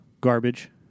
Garbage